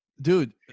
dude